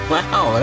Wow